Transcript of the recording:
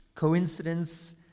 Coincidence